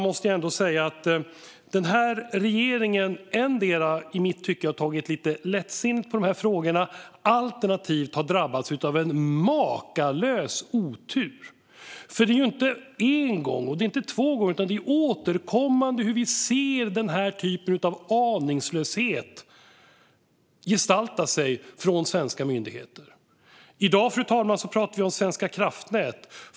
Då måste jag ändå säga att denna regering i mitt tycke har tagit lite lättsinnigt på dessa frågor, alternativt har drabbats av en makalös otur. Det är ju inte en gång eller två gånger utan återkommande som vi ser denna typ av aningslöshet gestalta sig från svenska myndigheter. I dag talar vi om Svenska kraftnät.